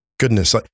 Goodness